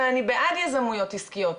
ואני בעד יזמויות עסקיות,